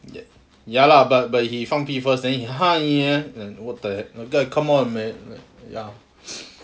ya lah but but he 放屁 first then he and what the like come on man ya